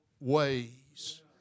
ways